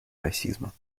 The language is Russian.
расизма